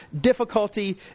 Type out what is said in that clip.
difficulty